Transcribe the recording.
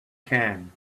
can